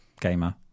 gamer